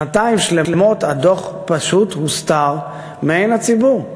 שנתיים שלמות הדוח פשוט הוסתר מעין הציבור.